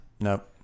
Nope